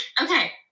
okay